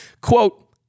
quote